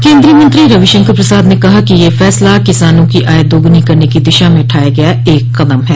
केन्द्रीय मंत्री रविशंकर प्रसाद ने कहा कि यह फैसला किसानों की आय दोगुनी करने की दिशा में उठाया गया एक कदम है